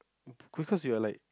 because you are like